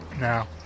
now